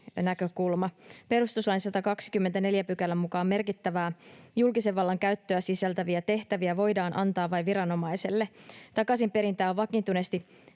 Perustuslain 124 §:n mukaan merkittävää julkisen vallan käyttöä sisältäviä tehtäviä voidaan antaa vain viranomaiselle. Takaisinperintää on vakiintuneesti